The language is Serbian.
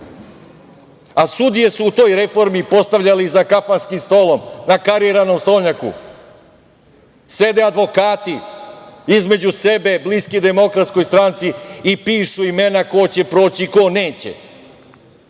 A, sudije su u toj reformi postavljali za kafanskim stolom, na kariranom stolnjaku. Sede advokati, između sebe, bliski DS i pišu imena ko će proći i ko neće.